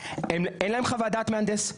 אין להם חוות דעת מהכנס,